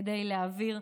כדי להעביר,